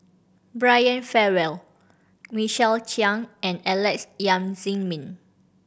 Brian Farrell Michael Chiang and Alex Yam Ziming